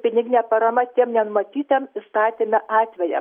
piniginė parama tiem nenumatytiem įstatyme atvejam